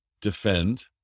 defend